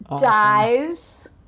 dies